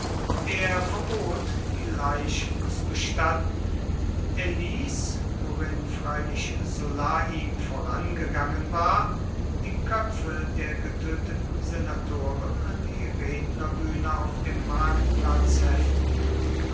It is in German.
er verbot die leichen zu bestatten er ließ worin freilich sulla ihm vorangegangen war die köpfe der getöteten senatoren an die rednerbühne auf dem marktplatz heften